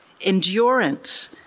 endurance